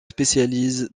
spécialise